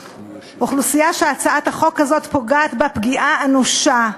אוכלוסייה שהצעת החוק הזאת פוגעת בה פגיעה אנושה,